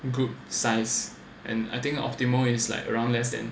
group size and I think optimal is like around less than